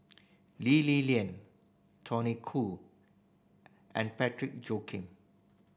Lee Li Lian Tony Khoo and Joaquim